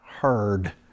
Heard